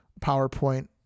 PowerPoint